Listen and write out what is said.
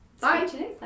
Bye